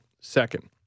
second